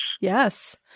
yes